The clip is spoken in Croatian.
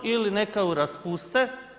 Ili neka ju raspuste.